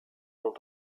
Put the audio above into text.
ont